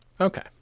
Okay